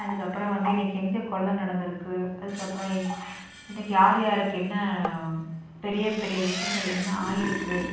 அதுக்கு அப்புறோம் வந்து இன்னக்கு எங்கே கொள்ள நடந்துருக்கு அதுக்கு அப்பறோம் இன்னக்கு யார் யாருக்கு என்ன பெரிய பெரிய விஷயங்கள் என்ன ஆயிருக்கு